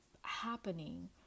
happening